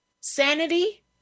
sanity